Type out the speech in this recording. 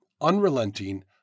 unrelenting